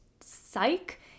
Psych